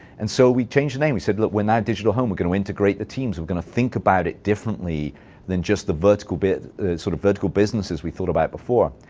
and so we changed the name. we said, look. we're now digital home. we're going to integrate the teams. we're going to think about it differently than just the vertical sort of vertical businesses we thought about before.